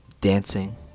dancing